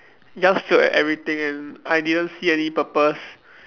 just failed at everything and I didn't see any purpose